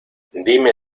dime